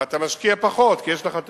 ואתה משקיע פחות כי יש לך תשתית.